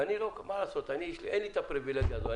ולי אין את הפריבילגיה הזאת.